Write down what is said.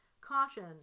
caution